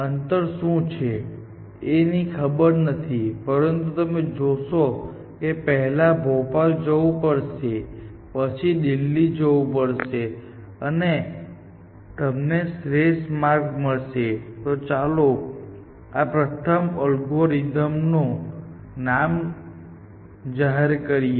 અંતર શું છે એ ની ખબર નથી પણ તમે જોશો કે પહેલાં ભોપાલ જવું પડશે પછી દિલ્હી જવું પડશે અને તમને શ્રેષ્ઠ માર્ગ મળશે તો ચાલો સૌ પ્રથમ આ અલ્ગોરિધમનું નામ જાહેર કરીએ